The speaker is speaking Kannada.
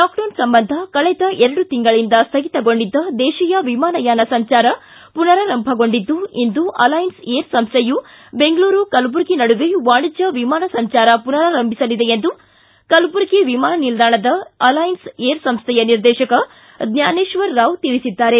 ಲಾಕ್ಡೌನ್ ಸಂಬಂಧ ಕಳೆದ ಎರಡು ತಿಂಗಳನಿಂದ ಸ್ಥಗಿತಗೊಂಡಿದ್ದ ದೇಶಿಯ ವಿಮಾನಯಾನ ಸಂಚಾರ ಪುನರಾರಂಭಗೊಂಡಿದ್ದು ಇಂದು ಅಲಾಯನ್ಸ್ ಎರ್ ಸಂಸ್ಥೆಯು ಬೆಂಗಳೂರು ಕಲಬುರಗಿ ನಡುವೆ ವಾಣಿಜ್ಯ ವಿಮಾನ ಸಂಚಾರ ಪುನರಾರಂಭಿಸಲಿದೆ ಎಂದು ಕಲಬುರಗಿ ವಿಮಾನ ನಿಲ್ದಾಣದ ಅಲಾಯನ್ಸ್ ಎರ್ ಸಂಸ್ಥೆಯ ನಿರ್ದೇಶಕ ಜ್ಞಾನೇಶ್ವರ ರಾವ್ ತಿಳಿಸಿದ್ದಾರೆ